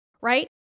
Right